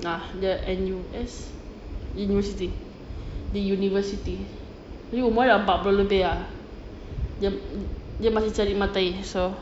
ya dia N_U_S university dia university umur dia dah empat puluh lebih ah dia dia masih cari matair so